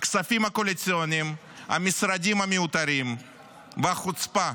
הכספים הקואליציוניים, המשרדים המיותרים והחוצפה.